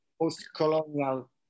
post-colonial